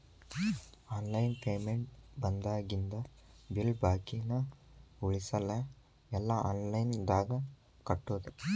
online payment ಬಂದಾಗಿಂದ bill ಬಾಕಿನ ಉಳಸಲ್ಲ ಎಲ್ಲಾ ಆನ್ಲೈನ್ದಾಗ ಕಟ್ಟೋದು